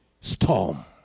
storm